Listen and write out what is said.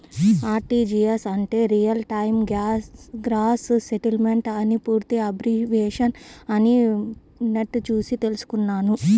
RTGS అంటే real time gross settlement అని పూర్తి అబ్రివేషన్ అని నెట్ చూసి తెల్సుకున్నాను